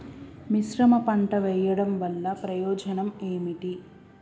మిశ్రమ పంట వెయ్యడం వల్ల ప్రయోజనం ఏమిటి?